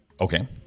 Okay